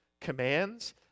commands